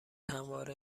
همواره